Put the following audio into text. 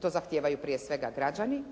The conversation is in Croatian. To zahtijevaju prije svega građani,